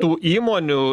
tų įmonių